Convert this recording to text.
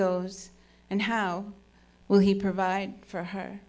goes and how will he provide for her